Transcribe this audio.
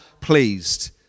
pleased